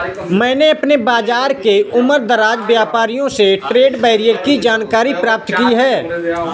मैंने अपने बाज़ार के उमरदराज व्यापारियों से ट्रेड बैरियर की जानकारी प्राप्त की है